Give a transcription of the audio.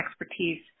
expertise